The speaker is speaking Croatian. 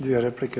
Dvije replike.